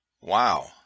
Wow